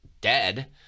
dead